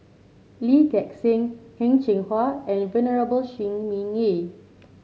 Lee Gek Seng Heng Cheng Hwa and Venerable Shi Ming Yi